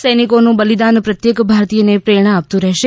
સૈનિકોનું બલિદાન પ્રત્યેક ભારતીયને પ્રેરણા આપતું રહેશે